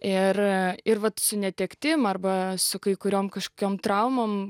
ir ir vat su netektim arba su kai kuriom kažkokiom traumom